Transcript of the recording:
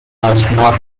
خشمناک